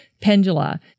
pendula